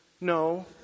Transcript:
No